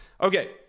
Okay